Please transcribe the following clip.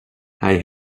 hij